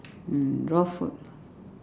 mm raw food